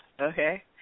okay